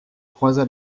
croisa